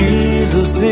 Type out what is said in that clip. Jesus